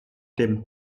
dem